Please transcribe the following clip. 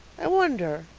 i wonder,